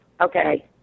Okay